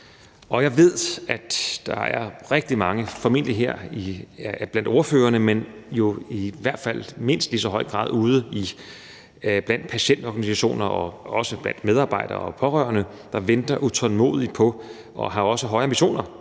Jeg ved, at der formentlig er rigtig mange her blandt ordførerne, men jo i hvert fald i mindst lige så høj grad ude blandt patientorganisationer og også blandt medarbejdere og pårørende, der venter utålmodigt på den og også har høje ambitioner